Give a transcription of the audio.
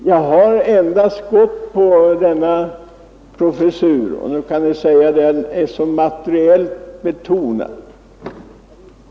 Jag har endast gått på denna professur. Nu invänder man att den är så materiellt betonad.